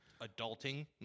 adulting